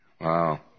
Wow